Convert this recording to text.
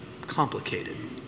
complicated